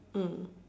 mm